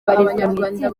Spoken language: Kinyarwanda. abanyarwanda